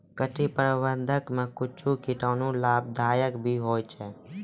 कीट प्रबंधक मे कुच्छ कीटाणु लाभदायक भी होय छै